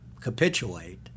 capitulate